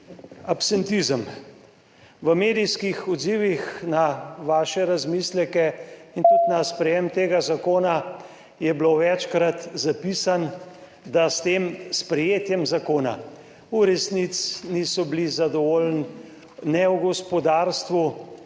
absentizem. V medijskih odzivih na vaše razmisleke in tudi na sprejetje tega zakona je bilo večkrat zapisano, da s tem sprejetjem zakona v resnici niso bili zadovoljni ne v gospodarstvu,